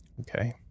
Okay